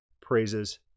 praises